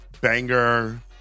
Banger